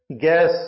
gas